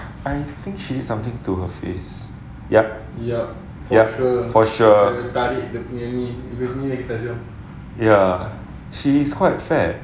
I think she did something to her face yup for sure ya she is quite fat